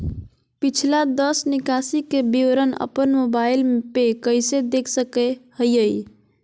पिछला दस निकासी के विवरण अपन मोबाईल पे कैसे देख सके हियई?